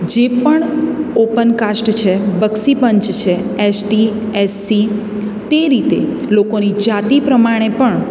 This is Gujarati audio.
જે પણ ઓપન કાસ્ટ છે બક્ષીપંચ છે એસટી એસસી તે રીતે લોકોની જાતિ પ્રમાણે પણ